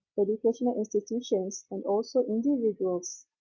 but educational institutions and also individuals.